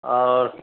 ओ